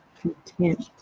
content